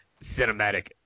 cinematic